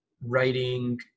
writing